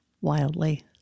wildly